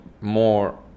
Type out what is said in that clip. more